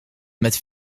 met